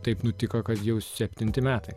taip nutiko kad jau septinti metai